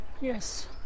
Yes